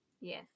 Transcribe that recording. Yes